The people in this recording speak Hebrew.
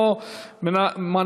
אינו נוכח,